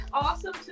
awesome